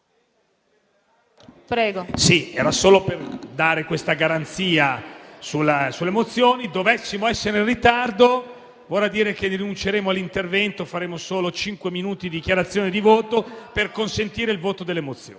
solo per dare la garanzia sulle mozioni: se dovessimo essere in ritardo, vorrà dire che rinunceremo all'intervento o faremo solo cinque minuti di dichiarazione di voto per consentire il voto della mozione.